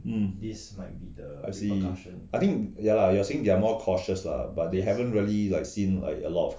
hmm I see I think ya you are saying they are more cautious lah but they haven't really like seen like a lot